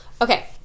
Okay